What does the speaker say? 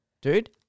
dude